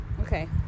okay